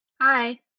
Hi